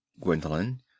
Gwendolen